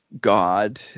God